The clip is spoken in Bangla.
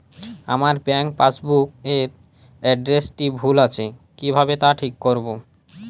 আমার ব্যাঙ্ক পাসবুক এর এড্রেসটি ভুল আছে কিভাবে তা ঠিক করবো?